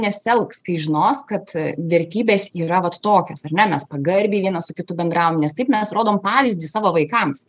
nesielgs kai žinos kad vertybės yra vat tokios ar ne mes pagarbiai vienas su kitu bendravom nes taip mes rodom pavyzdį savo vaikams